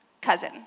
cousin